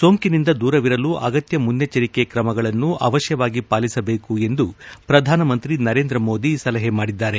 ಸೋಂಕಿನಿಂದ ದೂರವಿರಲು ಅಗತ್ಯ ಮುನ್ನೆಚ್ಚರಿಕೆ ಕ್ರಮಗಳನ್ನು ಅವಶ್ಯವಾಗಿ ಪಾಲಿಸಬೇಕು ಎಂದು ಪ್ರಧಾನಮಂತ್ರಿ ನರೇಂದ್ರ ಮೋದಿ ಸಲಹೆ ಮಾಡಿದ್ದಾರೆ